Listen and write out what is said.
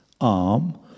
arm